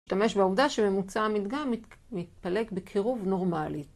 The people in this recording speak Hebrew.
‫השתמש בעובדה שממוצע המדגן ‫מתפלג בקירוב נורמלית.